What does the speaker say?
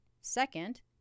Second